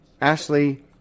Ashley